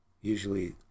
usually